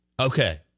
Okay